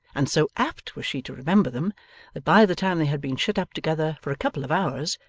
and so apt was she to remember them, that by the time they had been shut up together for a couple of hours,